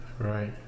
Right